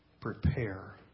Prepare